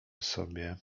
sobie